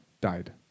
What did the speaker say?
died